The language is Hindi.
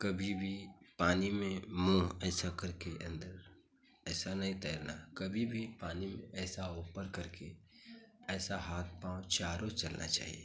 कभी भी पानी में मूँह ऐसा करके अंदर ऐसा नहीं तैरना कभी भी पानी में ऐसा ऊपर करके ऐसा हाथ पाँव चारों चलना चाहिए